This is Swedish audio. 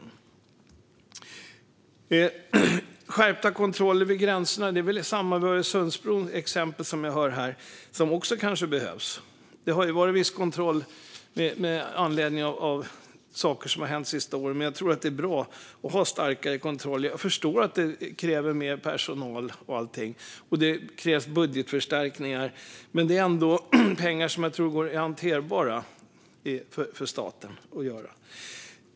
När det gäller skärpta kontroller vid gränserna är det samma sak som i exemplet med Öresundsbron, som vi hörde om här. Det kanske också behövs. Det har varit viss kontroll med anledning av saker som har hänt det sista året, men jag tror att det är bra att ha starkare kontroller. Jag förstår att detta kräver mer personal och budgetförstärkningar, men det är ändå pengar som jag tror är hanterbara för staten.